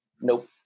nope